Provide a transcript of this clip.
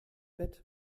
bett